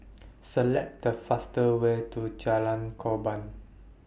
Select The faster Way to Jalan Korban